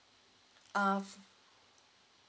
uh